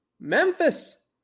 Memphis